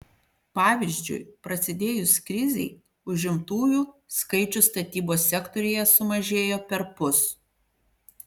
pavyzdžiui prasidėjus krizei užimtųjų skaičius statybos sektoriuje sumažėjo perpus